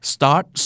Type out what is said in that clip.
Start